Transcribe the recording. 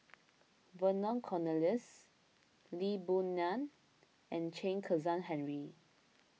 Vernon Cornelius Lee Boon Ngan and Chen Kezhan Henri